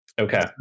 Okay